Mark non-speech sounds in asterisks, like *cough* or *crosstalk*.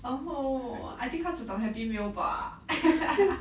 orh I think 他只懂 happy meal 吧 *laughs*